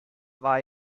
war